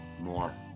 More